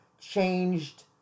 changed